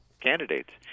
candidates